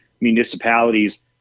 municipalities